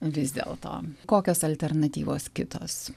vis dėlto kokios alternatyvos kitos